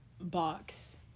box